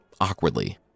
awkwardly